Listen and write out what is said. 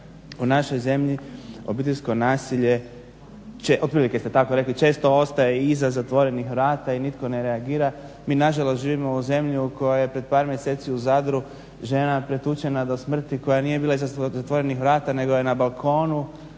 u našoj zemlji obiteljsko nasilje, otprilike ste tako rekli, često ostaje i iza zatvorenih vrata i nitko ne reagira. Mi nažalost živimo u zemlji u kojoj je pred par mjeseci u Zadru žena pretučena do smrti koja nije bila iza zatvorenih vrata nego je na balkonu